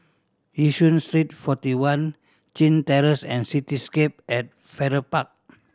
Yishun Street Forty One Chin Terrace and Cityscape at Farrer Park